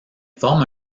forme